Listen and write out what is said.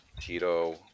Tito